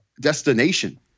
destination